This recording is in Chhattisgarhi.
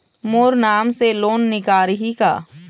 मोर नाम से लोन निकारिही का?